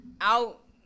out